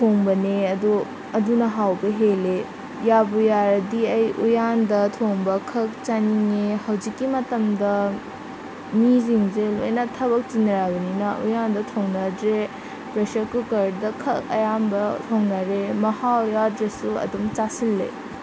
ꯊꯣꯡꯕꯅꯦ ꯑꯗꯣ ꯑꯗꯨꯅ ꯍꯥꯎꯕ ꯍꯦꯜꯂꯦ ꯌꯥꯕꯨ ꯌꯥꯔꯗꯤ ꯑꯩ ꯎꯌꯥꯟꯗ ꯊꯣꯡꯕꯈꯛ ꯆꯥꯅꯤꯡꯉꯦ ꯍꯧꯖꯤꯛꯀꯤ ꯃꯇꯝꯗ ꯃꯤꯁꯤꯡꯁꯦ ꯂꯣꯏꯅ ꯊꯕꯛ ꯆꯤꯟꯅꯔꯕꯅꯤꯅ ꯎꯌꯥꯟꯗ ꯊꯣꯡꯅꯗ꯭ꯔꯦ ꯄ꯭ꯔꯦꯁꯔ ꯀꯨꯀꯔꯗꯈꯛ ꯑꯌꯥꯝꯕ ꯊꯣꯡꯅꯔꯦ ꯃꯍꯥꯎ ꯌꯥꯎꯗ꯭ꯔꯁꯨ ꯑꯗꯨꯝ ꯆꯥꯁꯤꯜꯂꯦ